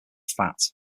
fat